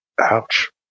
ouch